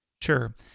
Sure